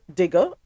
digger